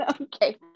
Okay